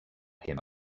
him